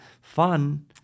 fun